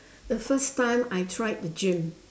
the first time I tried the gym